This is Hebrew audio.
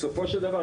בסופו של דבר,